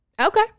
Okay